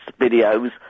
videos